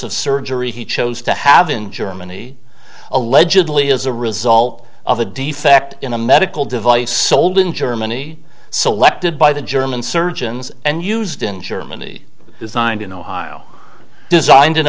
of surgery he chose to have in germany allegedly as a result of a defect in a medical device sold in germany selected by the german surgeons and used in germany designed in ohio designed in